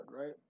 right